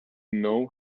know